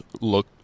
look